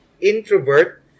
introvert